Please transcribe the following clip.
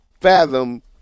fathom